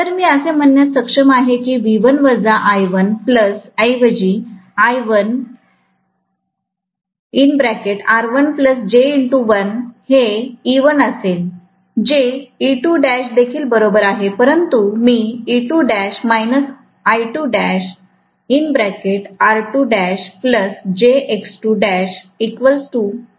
तर मी असे म्हणण्यास सक्षम आहे की V1 वजा I1 प्लस ऐवजी I1R1 j X1 हे E1 असेल जेदेखील बरोबर आहे परंतु मीदेखील लिहितो